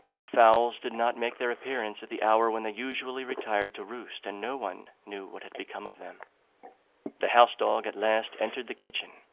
the fowls did not make their appearance at the hour when they usually retired to roost, and no one knew what had become of them the house-dog at last entered the kitchen,